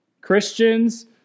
Christians